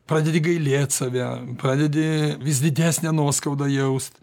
pradedi gailėt save pradedi vis didesnę nuoskaudą jaust